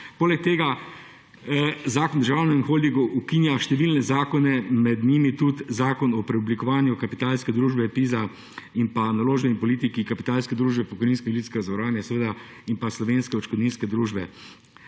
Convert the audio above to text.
Poleg tega, zakon o državnem holdingu ukinja številne zakone, med njimi tudi zakon o preoblikovanju kapitalske družbe PIZA in pa naložbeni politiki kapitalske družbe pokojninskega in invalidskega zavarovanja seveda in pa Slovenske odškodninske družbe.